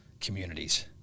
communities